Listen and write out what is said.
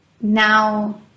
now